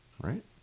Right